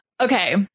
Okay